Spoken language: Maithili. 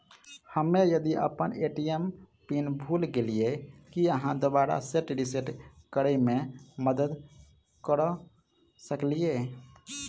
हम्मे यदि अप्पन ए.टी.एम पिन भूल गेलियै, की अहाँ दोबारा सेट रिसेट करैमे मदद करऽ सकलिये?